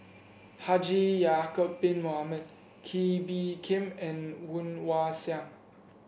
Haji Ya'acob Bin Mohamed Kee Bee Khim and Woon Wah Siang